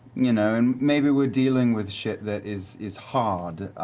you know and maybe we're dealing with shit that is is hard,